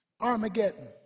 Armageddon